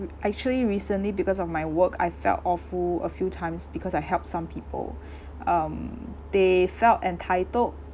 I actually recently because of my work I felt awful a few times because I helped some people um they felt entitled